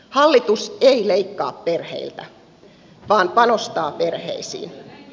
hallitus ei leikkaa perheiltä vaan panostaa perheisiin